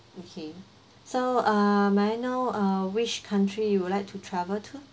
okay so uh may I know uh which country you would like to travel to